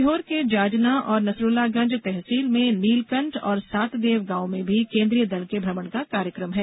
सीहोर के जाजना और नसरूल्लागंज तहसील में नीलकंठ और सातदेव गॉवों में भी केन्द्रीय दल के भ्रमण का कार्यक्रम है